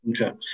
Okay